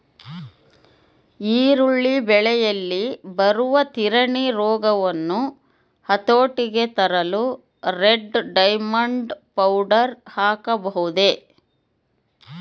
ಈರುಳ್ಳಿ ಬೆಳೆಯಲ್ಲಿ ಬರುವ ತಿರಣಿ ರೋಗವನ್ನು ಹತೋಟಿಗೆ ತರಲು ರೆಡ್ ಡೈಮಂಡ್ ಪೌಡರ್ ಹಾಕಬಹುದೇ?